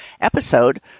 episode